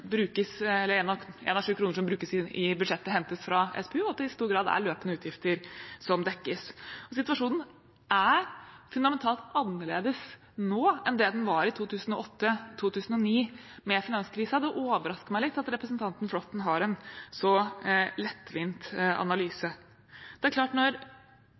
kroner som brukes i budsjettet, hentes fra SPU, og at det i stor grad er løpende utgifter som dekkes. Situasjonen er fundamentalt annerledes nå enn den var i 2008–2009 med finanskrisen. Det overrasker meg litt at representanten Flåtten har en så lettvint analyse. Det er klart at når